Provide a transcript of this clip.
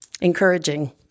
encouraging